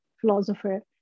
philosopher